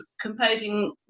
composing